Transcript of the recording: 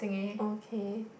okay